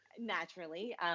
naturally